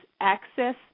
access